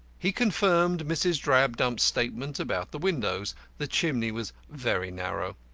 he confirmed mrs. drabdump's statement about the windows the chimney was very narrow.